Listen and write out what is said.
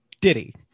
diddy